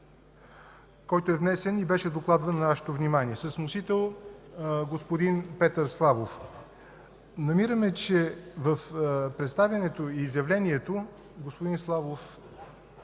който е внесен и беше докладван на нашето внимание, с вносител господин Петър Славов. Намираме, че в представянето и изявлението на